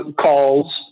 calls